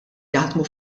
jaħdmu